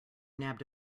nabbed